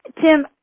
Tim